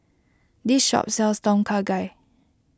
this shop sells Tom Kha Gai